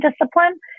discipline